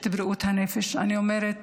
אני אומרת: